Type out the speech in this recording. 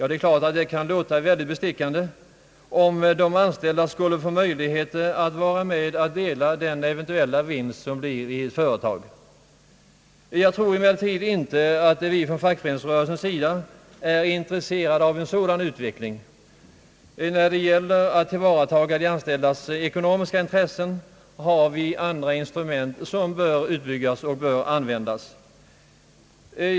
Det kan naturligtvis låta mycket bestickande att de anställda skulle få möjligheter att vara med och dela den eventuella vinsten i ett företag, men jag tror inte att vi från fackföreningsrörelsens sida är intresserade av en sådan utveckling; när det gäller att tillvarataga de anställdas ekonomiska intressen har vi andra instrument, som bör utbyggas och användas.